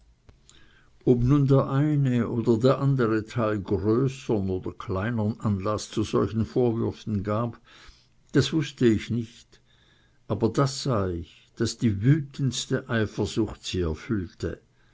ob nun der eine oder der andere teil größern oder kleinern anlaß zu solchen vorwürfen gab das wußte ich nicht aber das sah ich daß die wütendste eifersucht sie erfüllte